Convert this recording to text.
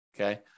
Okay